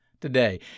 today